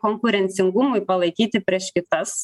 konkurencingumui palaikyti prieš kitas